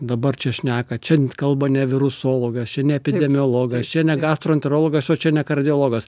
dabar čia šneka čia kalba ne virusologas čia ne epidemiologas čia ne gastroenterologas o čia ne kardiologas